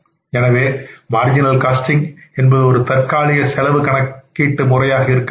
எனவே விளிம்பு நிலை செலவு கணக்கில் என்பது ஒரு தற்காலிக செலவு கணக்கினை முறையாக இருக்க முடியும்